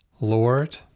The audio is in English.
Lord